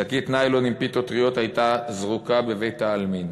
שקית ניילון עם פיתות טריות הייתה זרוקה בבית-העלמין.